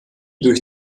durch